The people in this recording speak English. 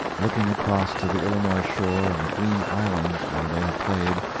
looking across to the illinois shore and the green islands where they had played,